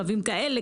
קווים כאלה,